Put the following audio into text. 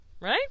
right